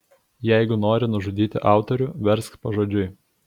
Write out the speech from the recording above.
jeigu nori nužudyti autorių versk pažodžiui